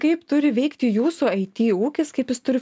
kaip turi veikti jūsų it ūkis kaip jis turi